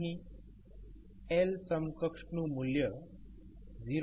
અહીં L સમક્ક્ષ નું મૂલ્ય 0